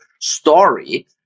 story